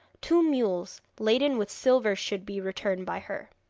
two mules laden with silver should be returned by her.